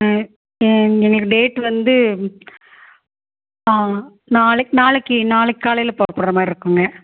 ம் எனக்கு டேட் வந்து நாளைக் நாளைக்கு நாளைக்கு காலையில புறப்புடுற மாதிரி இருக்குங்க